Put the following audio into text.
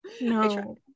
No